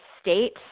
state